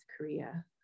Korea